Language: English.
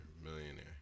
Millionaire